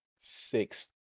Six